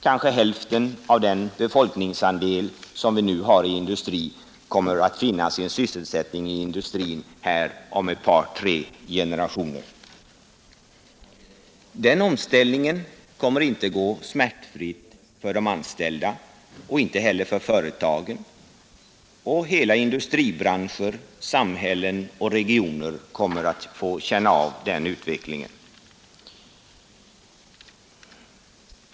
Kanske hälften av den befolkningsandel som vi nu har i industri kommer att finna sin sysselsättning i industrin här om ett par tre årtionden. Den omställningen kommer inte att gå smärtfritt för de anställda och inte heller för företagen, och hela industribranscher, samhällen och regioner kommer att få känna av denna utveckling.